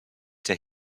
der